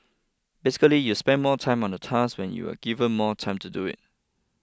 basically you spend more time on a task when you are given more time to do it